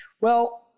Well-